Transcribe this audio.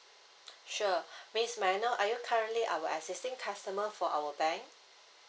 sure miss may I know are you currently our existing customer for our bank